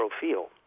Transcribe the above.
feel